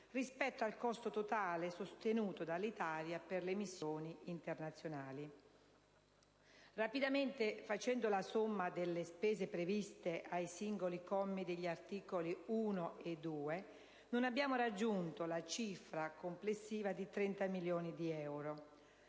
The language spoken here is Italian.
rispetto al costo totale sostenuto dall'Italia per le missioni internazionali: facendo rapidamente la somma delle spese previste ai singoli commi degli articoli 1 e 2, non abbiamo raggiunto la cifra complessiva di 30 milioni di euro;